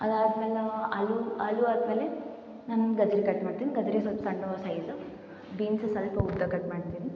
ಅದಾದಮೇಲೆ ನಾವು ಆಲೂ ಆಲೂ ಆದಮೇಲೆ ನಾನ್ ಗಜರಿ ಕಟ್ಮಾಡ್ತೀನಿ ಗಜರಿ ಸ್ವಲ್ಪ್ ಸಣ್ಣ ಸೈಜ್ ಬೀನ್ಸ್ ಸ್ವಲ್ಪ ಉದ್ದ ಕಟ್ಮಾಡ್ತೀನಿ